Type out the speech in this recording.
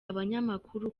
abanyamakuru